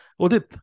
Odit